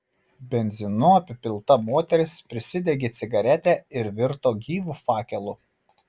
benzinu apipilta moteris prisidegė cigaretę ir virto gyvu fakelu